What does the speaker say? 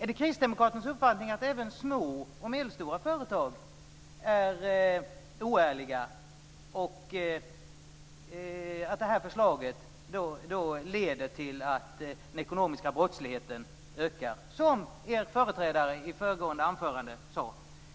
Är det kristdemokraternas uppfattning att även små och medelstora företag är oärliga och att det här förslaget då leder till att den ekonomiska brottsligheten ökar, som er företrädare sade i föregående anförande?